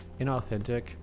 inauthentic